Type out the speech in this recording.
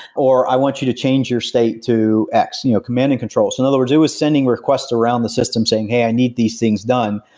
or i want you to change your state to x. you know command and control and other words it was sending requests around the system saying, hey, i need these things done.